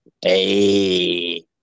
Hey